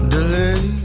Delay